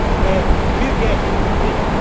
where you get to think,